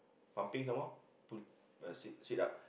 pumping some more pul~ uh sit sit up